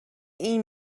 این